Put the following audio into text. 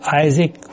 Isaac